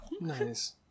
Nice